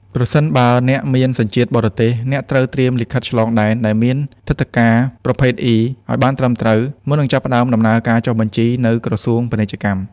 ប្រសិនបើអ្នកមានសញ្ជាតិបរទេស អ្នកត្រូវត្រៀមលិខិតឆ្លងដែនដែលមានទិដ្ឋាការប្រភេទ E ឱ្យបានត្រឹមត្រូវ មុននឹងចាប់ផ្ដើមដំណើរការចុះបញ្ជីនៅ ក្រសួងពាណិជ្ជកម្ម។